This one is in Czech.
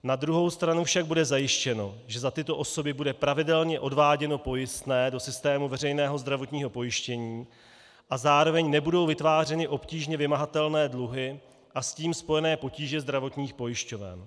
Na druhou stranu však bude zajištěno, že za tyto osoby bude pravidelně odváděno pojistné do systému veřejného zdravotního pojištění a zároveň nebudou vytvářeny obtížně vymahatelné dluhy a s tím spojené potíže zdravotních pojišťoven.